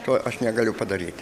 to aš negaliu padaryt